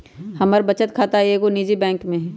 हमर बचत खता एगो निजी बैंक में हइ